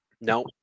No